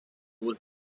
was